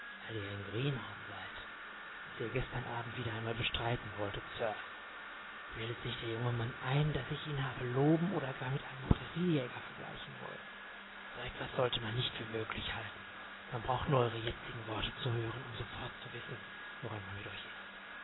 ihr ein greenhorn seid was ihr gestern abend wieder einmal bestreiten wolltet sir bildet sich der junge mann ein daß ich ihn habe loben und gar mit einem prairiejäger vergleichen wollen so etwas sollte man nicht für möglich halten man braucht nur eure jetzigen worte zu hören um sofort zu wissen woran man mit euch ist